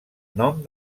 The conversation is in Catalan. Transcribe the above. nom